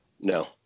No